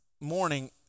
morning